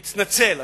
ומתנצל.